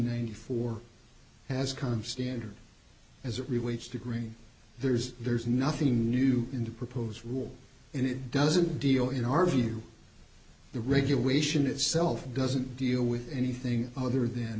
eighty four has come standard as it relates to green there's there's nothing new in the proposed rule and it doesn't deal in our view the regulation itself doesn't deal with anything other than